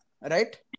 right